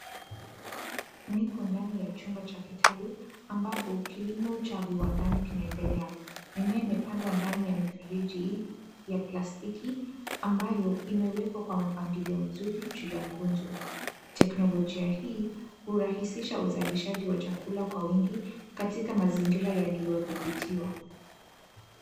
Nipo ndani ya chumba cha kitalu ambapo kilimo cha viwandani kinaendelea. Mimea imepandwa ndani ya mifereji hii ya plastiki ambayo imewekwa kwa mpangilio mzuri juu ya nguzo. Teknolojia hii hurahisisha uzalishaji wa chakula kwa wingi katika mazingira yaliyodhibitiwa.